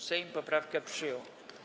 Sejm poprawkę przyjął.